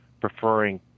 preferring